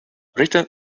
written